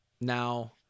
Now